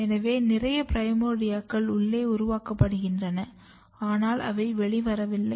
எனவே நிறைய பிரைமோர்டியாக்கள் உள்ளே உருவாக்கப்படுகின்றன ஆனால் அவை வெளிவரவில்லை